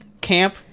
camp